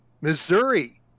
Missouri